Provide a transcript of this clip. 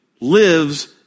lives